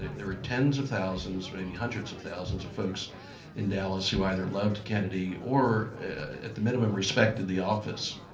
there were tens of thousands, maybe hundreds of thousands of folks in dallas who either loved kennedy or at the minimum respected the office.